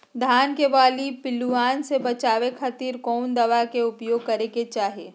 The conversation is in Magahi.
धान के बाली पिल्लूआन से बचावे खातिर कौन दवाई के उपयोग करे के चाही?